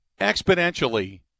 exponentially